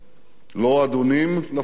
לא אדונים לפלסטינים,